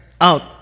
out